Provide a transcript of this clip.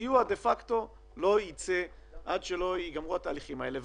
רק שסיוע דה פקטו לא ייצא עד שלא ייגמרו התהליכים האלה.